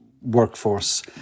workforce